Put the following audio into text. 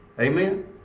Amen